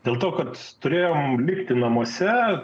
dėl to kad turėjome likti namuose